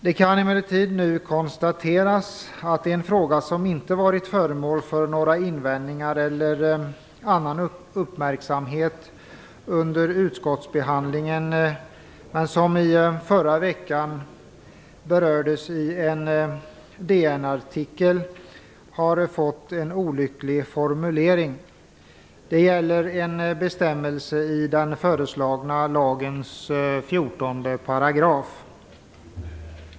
Det kan emellertid nu konstateras att en fråga som inte har varit föremål för några invändningar eller någon annan uppmärksamhet under utskottsbehandlingen, men som i förra veckan berördes i en artikel i DN, har fått en olycklig formulering. Det gäller en bestämmelse i den föreslagna lagens 14 §.